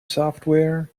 software